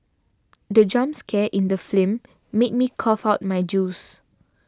the jump scare in the film made me cough out my juice